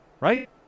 right